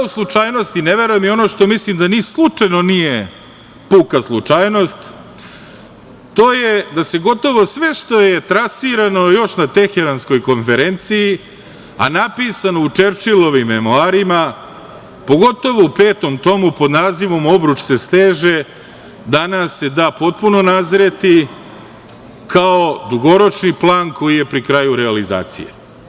U slučajnosti ne verujem i ono što mislim da ni slučajno nije puka slučajnost to je da se gotovo sve što je trasirano još na Teheranskoj konferenciji, a napisano u Čerčilom memoarima, pogotovo u Petom tomu pod nazivom „Obruč se steže“ danas se da potpuno nazreti kao dugoročni plan koji je pri kraju realizacije.